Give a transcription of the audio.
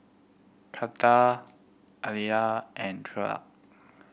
Karter Aliyah and